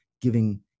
giving